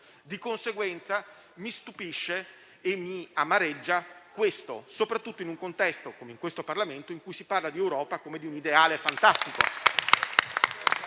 di conseguenza questo mi stupisce e mi amareggia, soprattutto in un contesto come questo Parlamento in cui si parla di Europa come di un ideale fantastico.